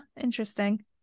Interesting